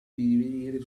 divenire